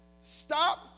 Stop